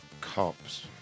cops